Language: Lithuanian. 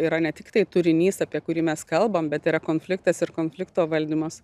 yra ne tiktai turinys apie kurį mes kalbam bet yra konfliktas ir konflikto valdymas